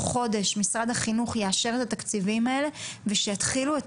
חודש משרד החינוך יאשר את התקציבים האלה ושיתחילו את